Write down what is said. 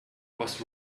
was